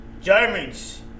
Germans